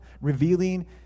revealing